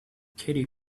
katy